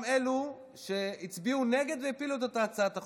אלו שהצביעו נגד והפילו את אותה הצעת חוק.